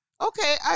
Okay